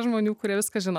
žmonių kurie viską žino